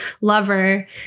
lover